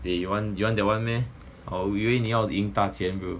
they you want you want that one meh orh 我以为你要赢大钱 bro